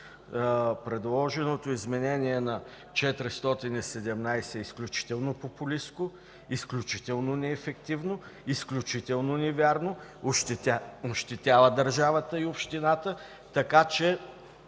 Предложеното изменение на чл. 417 е изключително популистко, изключително неефективно, изключително невярно, ощетява държавата и общината. Така че